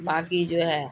باقی جو ہے